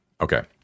Okay